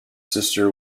sister